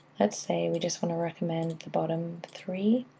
let's say we just want to recommend the bottom three.